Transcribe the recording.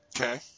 Okay